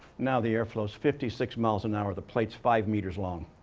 now, the airflow is fifty six miles an hour. the plate's five meters long.